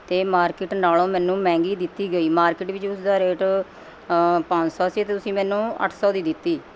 ਅਤੇ ਮਾਰਕੀਟ ਨਾਲੋਂ ਮੈਨੂੰ ਮਹਿੰਗੀ ਦਿੱਤੀ ਗਈ ਮਾਰਕੀਟ ਵਿੱਚ ਉਸ ਦਾ ਰੇਟ ਪੰਜ ਸੌ ਸੀ ਅਤੇ ਤੁਸੀਂ ਮੈਨੂੰ ਅੱਠ ਸੌ ਦੀ ਦਿੱਤੀ